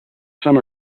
some